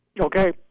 Okay